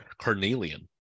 carnelian